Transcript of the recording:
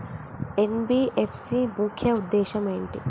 NBFC ముఖ్య ఉద్దేశం ఏంటి?